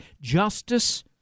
Justice